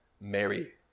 mary